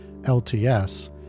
LTS